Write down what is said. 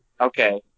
Okay